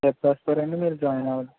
ఎప్పుడొస్తారండి మీరు జాయిన్ అవుత